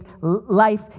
life